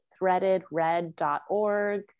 threadedred.org